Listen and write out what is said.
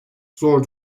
zor